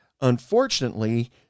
Unfortunately